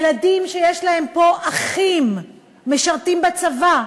ילדים שיש להם פה אחים שמשרתים בצבא,